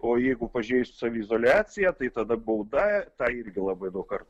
o jeigu pažeisiu saviizoliaciją tai tada bauda tą irgi labai daug kartų